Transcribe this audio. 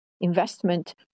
investment